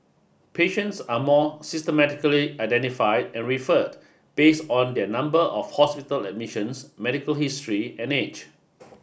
patients are more systematically identified and referred based on their number of hospital admissions medical history and age